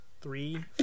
three